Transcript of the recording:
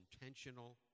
intentional